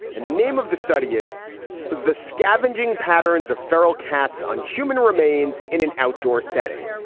and the name of the study is the scavenging patterns of feral cats on human remains in an outdoor setting.